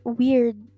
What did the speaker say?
weird